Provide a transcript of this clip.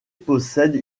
possède